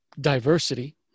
diversity